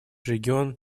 регион